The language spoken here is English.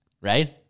Right